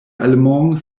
allemands